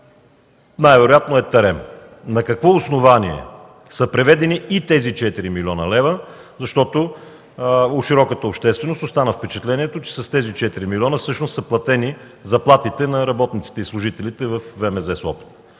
най-вероятно това е „Терем”. На какво основание са преведени и тези 4 млн. лв.? В широката общественост остана впечатлението, че с тези 4 милиона всъщност са платени заплатите на работниците и служителите във ВМЗ – Сопот.